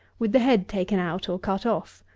with the head taken out, or cut off.